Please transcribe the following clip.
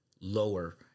lower